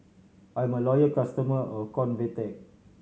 I'm a loyal customer of Convatec